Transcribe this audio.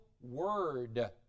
word